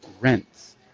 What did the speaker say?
rents